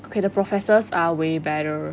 okay the professors are way better